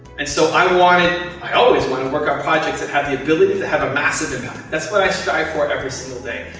and so, i wanted, i always wanted, to work out projects that have the ability, to have a massive impact. that's what i strive for, every single day.